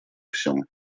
всем